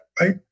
Right